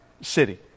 city